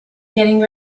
getting